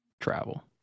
travel